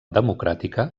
democràtica